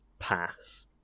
pass